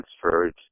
transferred